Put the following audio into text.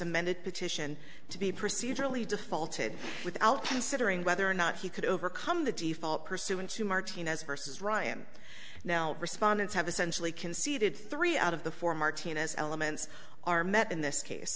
amended petition to be procedurally defaulted without considering whether or not he could overcome the default pursuant to martinez versus ryan now respondents have essentially conceded three out of the four martinez elements are met in this case